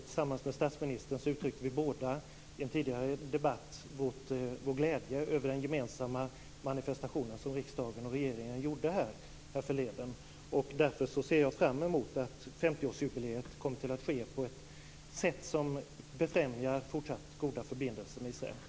Tillsammans med statsministern uttryckte vi båda i en tidigare debatt vår glädje över den gemensamma manifestation som riksdagen och regeringen gjorde härförleden. Därför ser jag fram emot att 50-årsjubiléet kommer att ske på ett sätt som befrämjar fortsatt goda förbindelser med Israel.